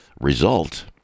result